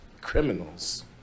criminals